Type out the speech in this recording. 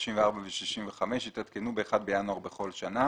64 ו-65 יתעדכנו ב-1 בינואר בכל שנה